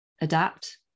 adapt